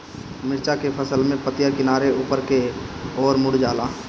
मिरचा के फसल में पतिया किनारे ऊपर के ओर मुड़ जाला?